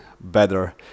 better